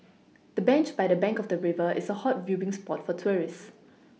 the bench by the bank of the river is a hot viewing spot for tourists